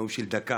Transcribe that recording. נאום של דקה.